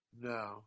No